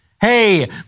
Hey